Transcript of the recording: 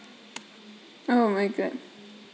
oh my god